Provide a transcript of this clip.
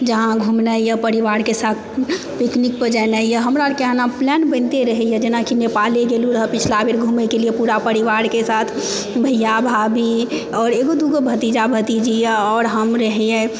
जहाँ घुमनाइ यऽ परिवारके साथ पिकनिकपर जेनाइ यऽ हमरा आरके ओना प्लान बनिते रहैया जेनाकि नेपाले गेलहुॅं रहए पिछला बेर पूरा परिवारके साथ भैया भाभी आओर एगो दुगो भतीजा भतीजी यऽ आओर हम रहियै